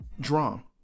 Drum